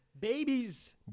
Babies